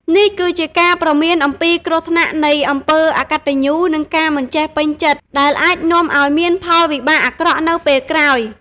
នេះគឺជាការព្រមានអំពីគ្រោះថ្នាក់នៃអំពើអកតញ្ញូ និងការមិនចេះពេញចិត្ត ដែលអាចនាំឲ្យមានផលវិបាកអាក្រក់នៅពេលក្រោយ។